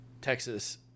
Texas